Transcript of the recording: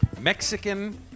Mexican